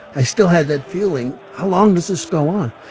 i still had that feeling, how long does this go on?